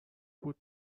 بود